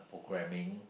programming